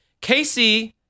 Casey